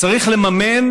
צריך לממן,